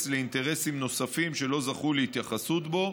לאינטרסים נוספים שלא זכו להתייחסות בו,